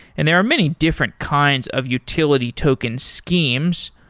and there are many different kinds of utility token schemes.